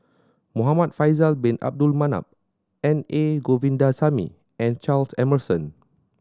Muhamad Faisal Bin Abdul Manap N A Govindasamy and Charles Emmerson